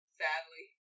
sadly